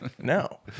no